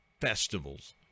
festivals